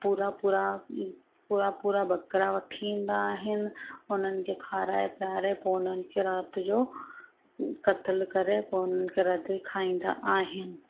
पूरा पूरा पूरा पूरा ॿकरा वठी ईन्दा आहिनि उन्हनि खे खाराए पीआरे पोइ हुननि खे राति जो कतिल करे पोइ हुननि खे रधे खाईन्दा आहिनि